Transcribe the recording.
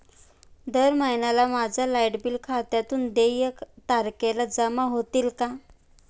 दर महिन्याला माझ्या लाइट बिल खात्यातून देय तारखेला जमा होतील का?